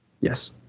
Yes